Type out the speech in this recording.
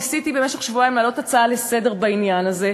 ניסיתי במשך שבועיים להעלות הצעה לסדר-היום בעניין הזה,